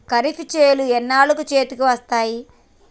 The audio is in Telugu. ఖరీఫ్ చేలు ఎన్నాళ్ళకు చేతికి వస్తాయి?